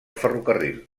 ferrocarril